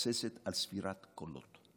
מתבססת על ספירת קולות.